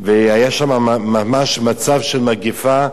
והיה שם ממש מצב של מגפה,